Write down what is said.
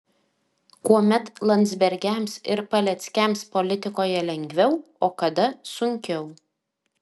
kuomet landsbergiams ir paleckiams politikoje lengviau o kada sunkiau